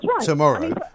tomorrow